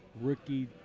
rookie